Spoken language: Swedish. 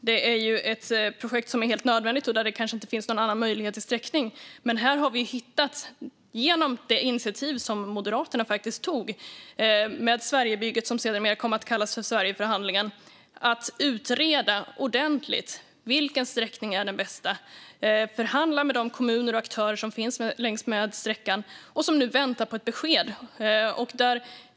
Det är ett projekt som är helt nödvändigt och där det kanske inte finns någon annan möjlighet till sträckning, men här har vi utrett ordentligt, genom det initiativ som Moderaterna faktiskt tog med Sverigebygget som sedermera kom att kallas Sverigeförhandlingen, vilken sträckning som är den bästa och förhandlat med de kommuner och aktörer som finns längs med sträckan och som nu väntar på ett besked.